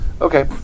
Okay